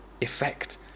effect